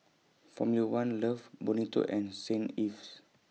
Formula one Love Bonito and Saint Ives